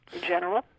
general